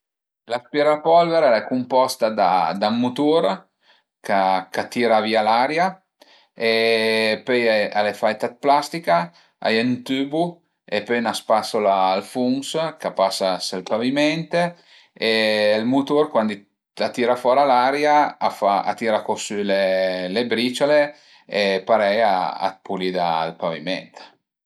L'aspirapolvere al e cumposta da ün mutur ch'a tira via l'aria e pöi al e faita dë plastica, a ie ün tübu e pöi 'na spasula al funs, ch'a pasa sël paviment e ël mutur cuandi a tira fora l'aria a fa, a tira co sü le briciole e parei a të pulida ël paviment